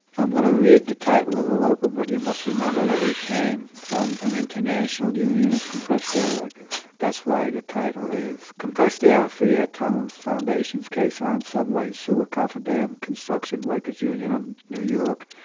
i'm going to read the title of the local, but you must remember that we came from an international union of compressed air workers. that's why the title is compressed air and free air tunnels, foundations, caissons, subway, sewer cofferdam, construction workers union of new york,